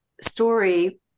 story